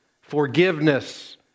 forgiveness